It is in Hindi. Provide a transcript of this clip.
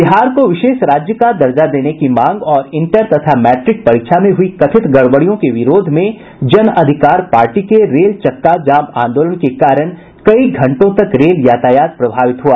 बिहार को विशेष राज्य का दर्जा देने की मांग और इंटर तथा मैट्रिक परीक्षा में हुई कथित गड़बड़ियों के विरोध में जन अधिकार पार्टी के रेल चक्का जाम आंदोलन के कारण कई घंटों तक रेल यातायात प्रभावित हुआ